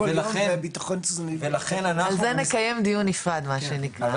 ולכן אנחנו --- על זה נקיים דיון נפרד מה שנקרא.